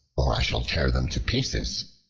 or i shall tear them to pieces.